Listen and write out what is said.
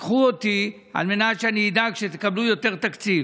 תיקחו אותי על מנת שאני אדאג שתקבלו יותר תקציב.